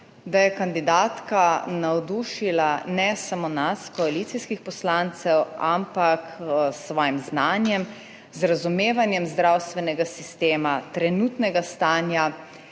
da je kandidatka navdušila, ne samo nas koalicijskih poslancev, ampak s svojim znanjem, z razumevanjem zdravstvenega sistema, trenutnega stanja,